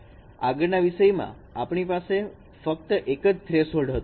આગળના વિષયમાં આપણી પાસે ફક્ત એક જ થ્રેશહોલ્ડ હતો